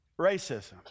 racism